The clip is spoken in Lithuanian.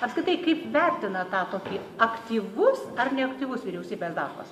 apskritai kaip vertinat tą tokį aktyvus ar neaktyvus vyriausybės darbas